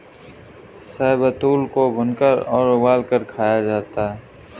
शाहबलूत को भूनकर और उबालकर खाया जाता है